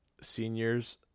seniors